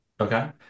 Okay